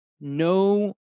no